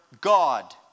God